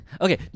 Okay